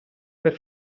per